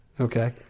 Okay